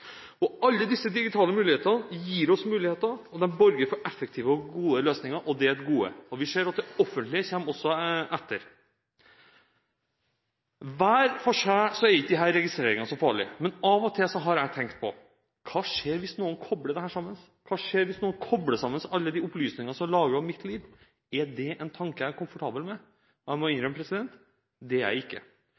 disse digitale mulighetene gir oss muligheter. De borger for effektive og gode løsninger, og de er gode. Vi ser at det offentlige kommer også etter. Hver for seg er ikke disse registreringene så farlige. Men av og til har jeg tenkt på: Hva skjer hvis noen kobler dette sammen? Hva skjer hvis noen kobler sammen alle de opplysningene som er lagret om mitt liv? Er det en tanke jeg er komfortabel med? Jeg må innrømme at det er jeg ikke.